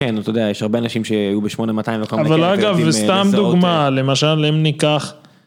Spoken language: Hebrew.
כן, אתה יודע, יש הרבה אנשים שהיו ב8200, וכמה נגיד, אבל אגב, וסתם דוגמה, למשל, אם ניקח...